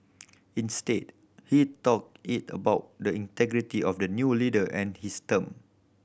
instead he talk is about the integrity of the new leader and his term